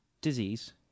disease